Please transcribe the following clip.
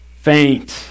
faint